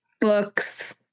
books